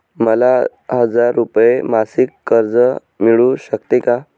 मला हजार रुपये मासिक कर्ज मिळू शकते का?